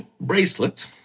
bracelet